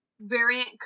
variant